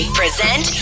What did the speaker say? present